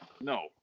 No